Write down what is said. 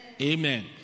amen